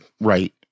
Right